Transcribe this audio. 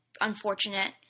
Unfortunate